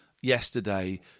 yesterday